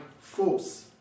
force